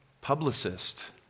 publicist